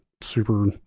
super